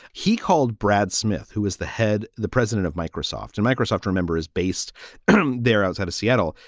he called brad smith, who is the head the president of microsoft and microsoft, remember, is based um there. i was at a seattle.